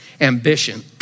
ambition